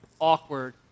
awkward